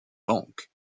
banque